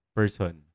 person